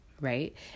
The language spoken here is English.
right